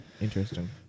Interesting